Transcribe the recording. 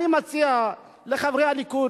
אני מציע לחברי הליכוד,